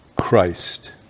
Christ